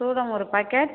சூடம் ஒரு பாக்கெட்